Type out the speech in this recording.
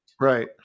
Right